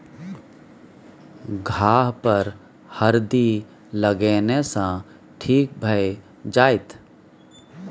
घाह पर हरदि लगेने सँ ठीक भए जाइत